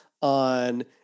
On